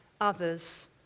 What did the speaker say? others